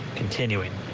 continuing.